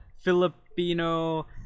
Filipino